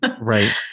Right